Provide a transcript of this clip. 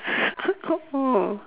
oh